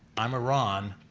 i'm a ron,